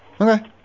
Okay